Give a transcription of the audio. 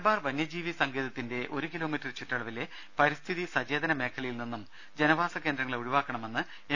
ദേദ മലബാർ വന്യജീവി സങ്കേതത്തിന്റെ ഒരു കിലോമീറ്റർ ചുറ്റളവിലെ പരിസ്ഥിതി സചേതന മേഖലയിൽ നിന്നും ജനവാസ കേന്ദ്രങ്ങളെ ഒഴിവാക്കണമെന്ന് എം